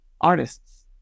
artists